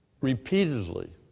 repeatedly